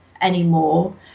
anymore